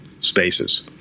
spaces